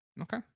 Okay